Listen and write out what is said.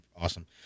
Awesome